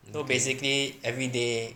so basically every day